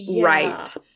right